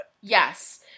Yes